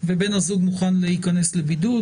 ובן הזוג מוכן להיכנס לבידוד,